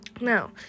now